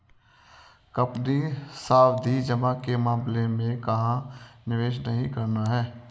Company सावधि जमा के मामले में कहाँ निवेश नहीं करना है?